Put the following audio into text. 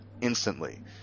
instantly